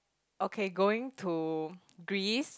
okay going to Greece